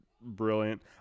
brilliant